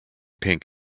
pink